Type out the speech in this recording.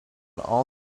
all